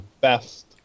best